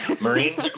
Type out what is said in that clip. Marines